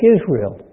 Israel